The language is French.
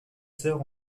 sœurs